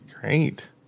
great